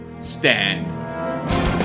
stand